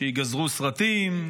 שייגזרו סרטים,